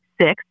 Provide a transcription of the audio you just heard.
six